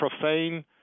profane